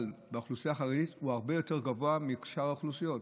באוכלוסייה החרדית הרבה יותר גבוה מבשאר האוכלוסיות,